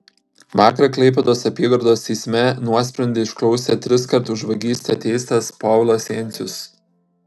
vakar klaipėdos apygardos teisme nuosprendį išklausė triskart už vagystes teistas povilas jencius